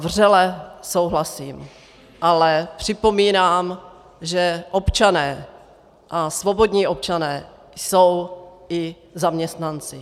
Já vřele souhlasím, ale připomínám, že občané, a svobodní občané, jsou i zaměstnanci.